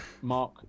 Mark